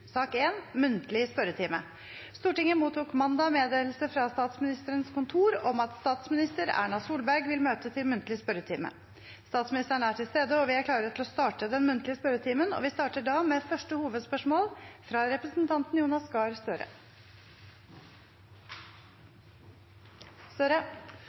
Stortinget mottok mandag meddelelse fra Statsministerens kontor om at statsminister Erna Solberg vil møte til muntlig spørretime. Statsministeren er til stede, og vi er klare til å starte den muntlige spørretimen. Vi starter med første hovedspørsmål, fra representanten Jonas Gahr